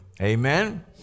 Amen